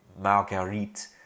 Marguerite